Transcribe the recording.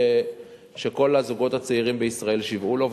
שכל הזוגות הצעירים בישראל שיוועו לו,